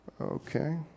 Okay